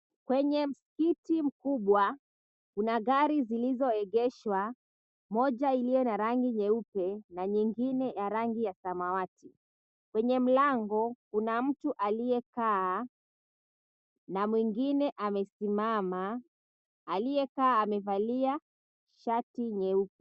Kwenye mskiti mkubwa kuna gari zilizoegeshwa, moja iliyo na rangi nyeupe na nyingine ya rangi ya samawati. Kwenye mlango kuna mtu aliyekaa na mwingine amesimama. Aliyekaa amevalia shati nyeupe.